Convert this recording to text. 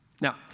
Now